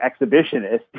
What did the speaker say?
exhibitionist